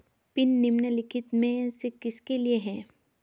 Pin निम्नलिखित में से किसके लिए है?